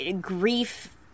grief